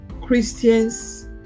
Christians